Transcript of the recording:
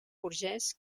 burgès